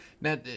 Now